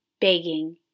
begging